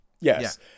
Yes